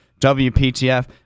WPTF